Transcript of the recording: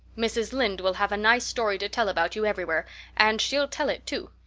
mrs. lynde will have a nice story to tell about you everywhere and she'll tell it, too.